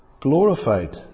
glorified